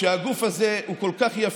שהגוף הזה הוא כל כך יפה,